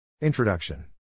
Introduction